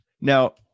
Now